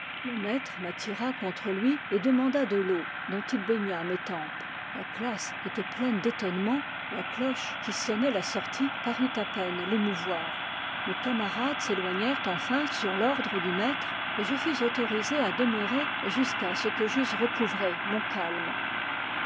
le maître m'attira contre lui et demanda de l'eau dont il baigna mes tempes la classe était pleine d'étonnement la cloche qui sonnait la sortie parut à peine l'émouvoir mes camarades s'éloignèrent enfin sur l'ordre du maître et je fus autorisé à demeurer jusqu'à ce que j'eusse recouvré mon calme